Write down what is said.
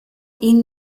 ihn